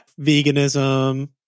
Veganism